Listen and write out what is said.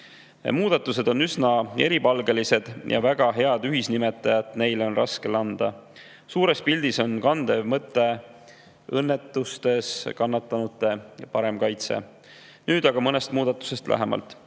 muudatused on üsna eripalgelised ja väga head ühisnimetajat neile on raske [leida]. Suures pildis on kandev mõte õnnetustes kannatanute parem kaitse. Nüüd mõnest muudatusest lähemalt.